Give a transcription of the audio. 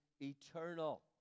eternal